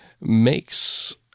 makes